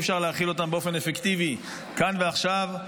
אי-אפשר להחיל אותם באופן אפקטיבי כאן ועכשיו.